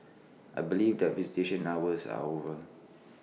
I believe that visitation hours are over